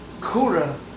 Kura